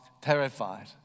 terrified